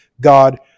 God